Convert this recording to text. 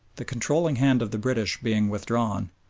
the controlling hand of the british being withdrawn,